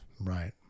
Right